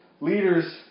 Leaders